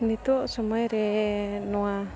ᱱᱤᱛᱳᱜ ᱥᱚᱢᱚᱭ ᱨᱮ ᱱᱚᱣᱟ